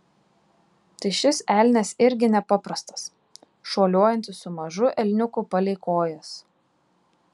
tai šis elnias irgi nepaprastas šuoliuojantis su mažu elniuku palei kojas